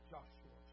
Joshua